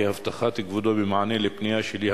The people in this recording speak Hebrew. כהבטחת כבודו במענה לפנייה שלי,